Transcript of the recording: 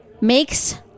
makes